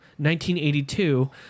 1982